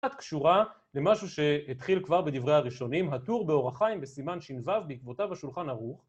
קשורה למשהו שהתחיל כבר בדברי הראשונים, הטור באורח חיים סימן שו בעקבותיו השולחן ערוך.